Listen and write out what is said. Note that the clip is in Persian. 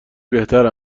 بهتر